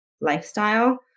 lifestyle